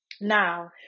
Now